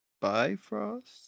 Bifrost